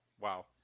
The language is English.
Wow